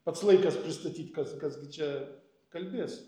pats laikas pristatyt kas kas kas gi čia kalbės